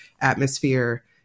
atmosphere